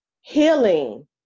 healing